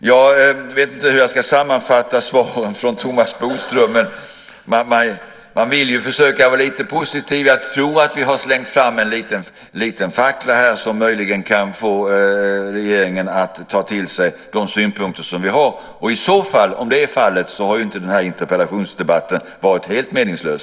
Jag vet inte hur jag ska sammanfatta svaren från Thomas Bodström, men man vill ju försöka vara lite positiv. Jag tror att vi har slängt fram en liten fackla här som möjligen kan få regeringen att ta till sig de synpunkter som vi har, och om det är fallet så har ju inte den här interpellationsdebatten varit helt meningslös.